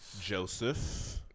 Joseph